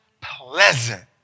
Pleasant